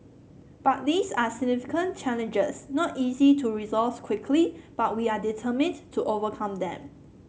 but these are significant challenges not easy to resolve quickly but we are determined to overcome them